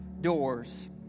doors